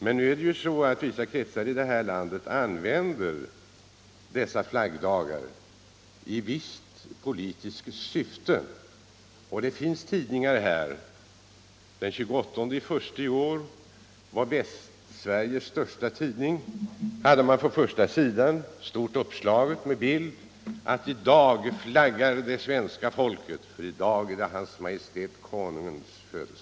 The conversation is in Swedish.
Men nu är det ju så att vissa kretsar i det här landet använder dessa flaggdagar i politiskt syfte. Den 28 januari i år hadet.ex. Västsveriges största tidning på första sidan ett stort uppslag med bild: I dag flaggar det svenska folket för i dag är det hans majestät konungens namnsdag.